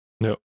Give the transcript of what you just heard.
No